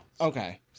okay